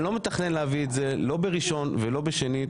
אני לא מתכנן להביא את זה לא בראשון ולא בשני.